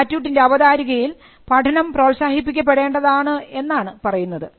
സ്റ്റാറ്റ്യൂട്ടിൻറെ അവതാരികയിൽ പഠനം പ്രോത്സാഹിപ്പിക്കപ്പെടേണ്ടതാണ് എന്ന് പറയുന്നുണ്ട്